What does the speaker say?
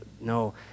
No